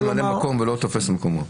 מלבד ההכרה בחשיבות ההצעה,